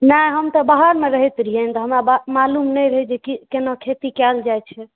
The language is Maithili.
नहि हम तऽ बाहरमे रहैत रहियै ने तऽ हमरा मालुम नहि रहै जे केना खेती कयल जाइत छै